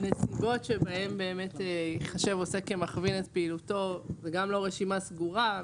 הנסיבות שבהן באמת ייחשב עוסק כמכווין את פעילותו זו גם לא רשימה סגורה,